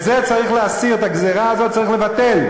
את זה צריך להסיר, את הגזירה הזאת צריך לבטל.